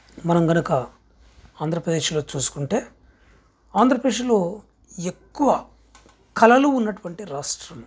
మనం కనుక ఆంధ్రప్రదేశ్లో చూసుకుంటే ఆంధ్రప్రదేశ్లో ఎక్కువ కళలు ఉన్నటువంటి రాష్ట్రం